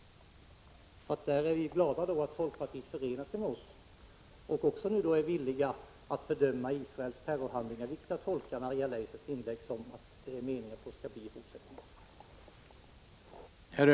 Vi är glada att folkpartisterna förenar sig med oss och också är villiga att fördöma Israels terrorhandlingar.